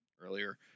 earlier